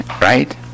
right